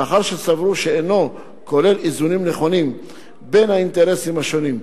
מאחר שסברו שאינו כולל איזונים נכונים בין האינטרסים השונים.